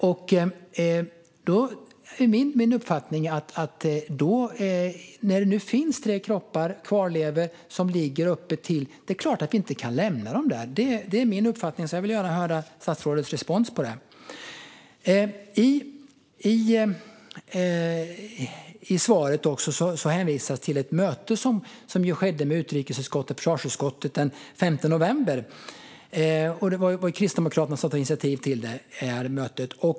Min uppfattning är att när det nu finns kvarlevor av tre kroppar som ligger öppet kan vi såklart inte lämna dem där. Jag vill gärna höra statsrådets respons på det. I svaret hänvisas till ett möte med sammansatta utrikes och försvarsutskottet den 5 november. Det var Kristdemokraterna som tog initiativ till mötet.